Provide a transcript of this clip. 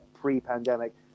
pre-pandemic